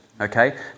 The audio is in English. Okay